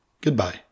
Goodbye